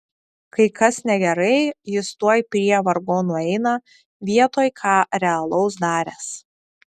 kai kas negerai jis tuoj prie vargonų eina vietoj ką realaus daręs